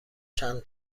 چند